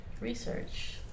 research